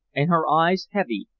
and her eyes heavy,